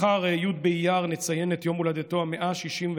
מחר, י' באייר, נציין את יום הולדתו ה-161